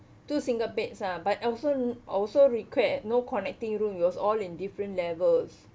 two single beds lah but also also request no connecting room we was all in different levels